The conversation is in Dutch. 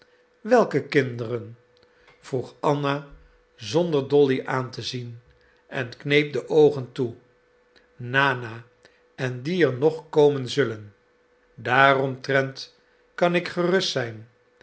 welke kinderen vroeg anna zonder dolly aan te zien en kneep de oogen toe nana en die er nog komen zullen daaromtrent kan ik gerust zijn